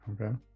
Okay